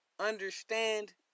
understand